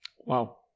Wow